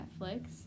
Netflix